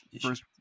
first